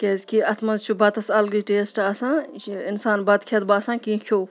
کیازِکہِ اَتھ منٛز چھُ بَتَس اَلگٕے ٹیسٹ آسان یہِ چھِ اِنسان بَتہٕ کھٮ۪تھ باسان کینٛہہ کھیو